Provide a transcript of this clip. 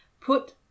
put